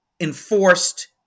enforced